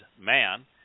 man